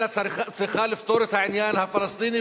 אלא צריכה לפתור את העניין הפלסטיני,